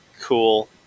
cool